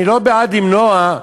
אני לא בעד למנוע,